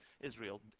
Israel